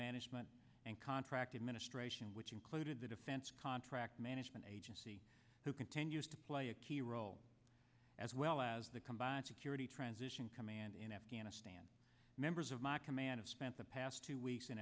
management and contract administration which included the defense contract management agency who continues to play a key role as well as the combined security transition command in afghanistan members of my command of spent the past two weeks in